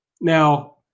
Now